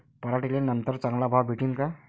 पराटीले नंतर चांगला भाव भेटीन का?